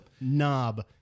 knob